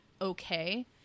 okay